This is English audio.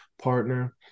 partner